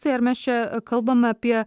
tai ar mes čia kalbame apie